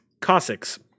Cossacks